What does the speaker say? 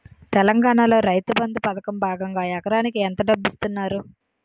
తెలంగాణలో రైతుబంధు పథకం భాగంగా ఎకరానికి ఎంత డబ్బు ఇస్తున్నారు?